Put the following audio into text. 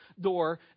door